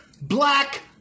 Black